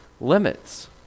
Limits